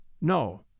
No